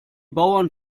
bauern